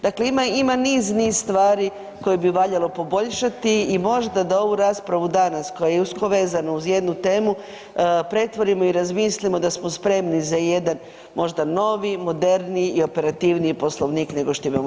Dakle, ima, ima niz, niz stvari koje bi valjalo poboljšati i možda da ovu raspravu danas koja je usko vezana uz jednu temu pretvorimo i razmislimo da smo spremni za jedan možda novi, moderniji i operativniji Poslovnik nego što imamo danas.